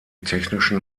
technischen